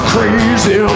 Crazy